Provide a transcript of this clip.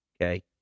okay